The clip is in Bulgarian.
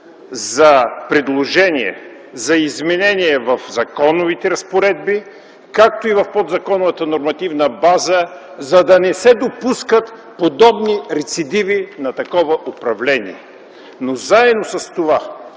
за предложение за изменение в законовите разпоредби, както и в подзаконовата нормативна база, за да не се допускат подобни рецидиви на такова управление. Заедно с това